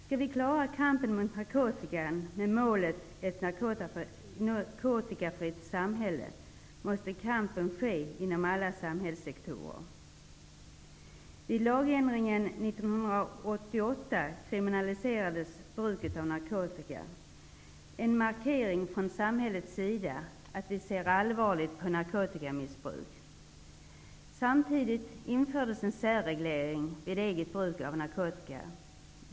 Skall vi klara kampen mot narkotikan med målet ett narkotikafritt samhälle, måste kampen ske inom alla samhällssektorer. Vid lagändringen år 1988 kriminaliserades bruket av narkotika -- en markering från samhällets sida att vi ser allvarligt på narkotikamissbruk. Samtidigt infördes en särreglering vid eget bruk av narkotika.